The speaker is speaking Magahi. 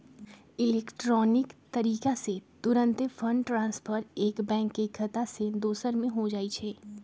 इलेक्ट्रॉनिक तरीका से तूरंते फंड ट्रांसफर एक बैंक के खता से दोसर में हो जाइ छइ